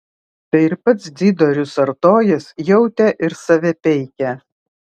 tai ir pats dzidorius artojas jautė ir save peikė